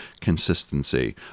consistency